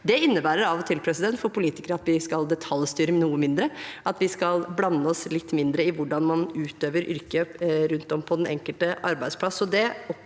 at vi av og til skal detaljstyre noe mindre, og at vi skal blande oss litt mindre i hvordan man utøver yrket rundt om på den enkelte arbeidsplass.